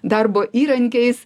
darbo įrankiais